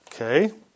Okay